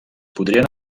podrien